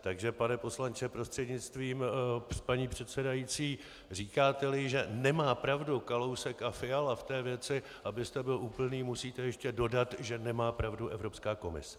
Takže pane poslanče prostřednictvím paní předsedající, říkáteli, že nemá pravdu Kalousek a Fiala v té věci, abyste byl úplný, musíte ještě dodat, že nemá pravdu Evropská komise.